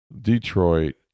Detroit